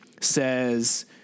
says